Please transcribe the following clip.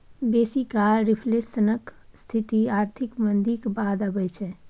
बेसी काल रिफ्लेशनक स्थिति आर्थिक मंदीक बाद अबै छै